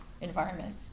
environment